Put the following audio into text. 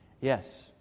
Yes